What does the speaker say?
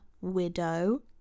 widow